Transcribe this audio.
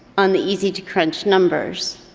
on the easy to crunch numbers,